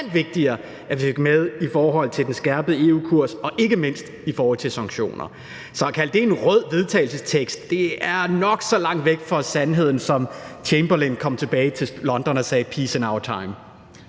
var markant vigtigere, at vi fik det med i forhold til den skærpede EU-kurs og ikke mindst det i forhold til sanktioner. Så at kalde det et rødt forslag til vedtagelse er nok så langt væk fra sandheden, som det var, da Chamberlain kom tilbage til London og sagde »Peace in our time«.